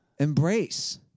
Embrace